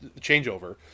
changeover